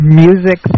music